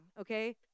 okay